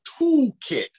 toolkit